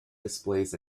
displays